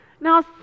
Now